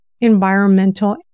environmental